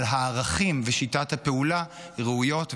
אבל הערכים ושיטת הפעולה ראויים,